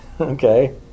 Okay